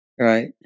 Right